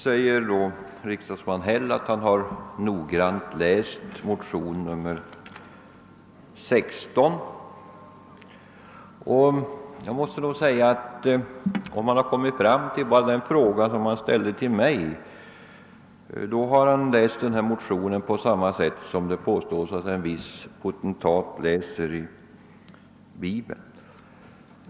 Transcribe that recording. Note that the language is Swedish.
Herr Häll säger att han noggrant läst motionen 16 i denna kammare. Om han därefter kommit fram till att han skulle ställa den fråga som han här riktade till mig, så har han läst motionen så som det påstås att en viss potentat läser Bibeln.